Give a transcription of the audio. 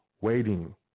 waiting